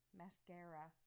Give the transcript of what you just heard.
mascara